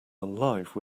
alive